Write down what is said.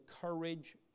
courage